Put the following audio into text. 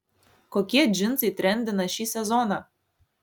kokie džinsai trendina šį sezoną